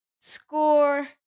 score